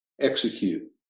Execute